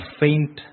faint